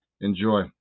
Enjoy